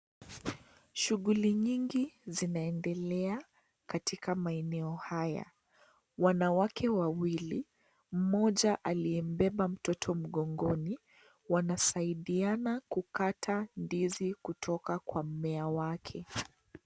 Shughuli nyingi zinaendelea katika maeneo haya. Wanawake wawili, mmoja aliyebeba mtoto mgongoni wanasaidiana kukata ndizi kutoka kwa mmea wake.